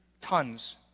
tons